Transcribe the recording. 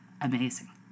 amazing